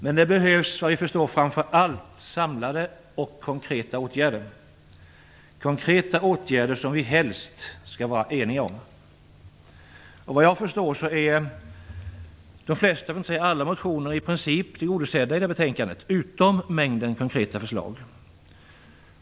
Men det behövs såvitt vi förstår framför allt samlade och konkreta åtgärder - konkreta åtgärder som vi helst skall vara eniga om. Såvitt jag förstår är de flesta, för att inte säga alla, motioner i princip tillgodosedda i betänkandet, men inte alla konkreta förslag.